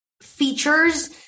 features